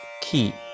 key